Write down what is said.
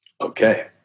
Okay